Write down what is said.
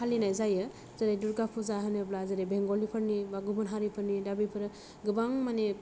जेरै दुर्गा पुजा होनोबा जेरै बेंगलि फोरनि गुबुन हारिफोरनि दा बेफोरो गोबां माने